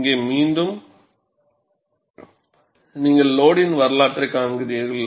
இங்கே மீண்டும் நீங்கள் லோடின் வரலாற்றைக் காண்கிறீர்கள்